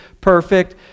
perfect